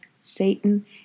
Satan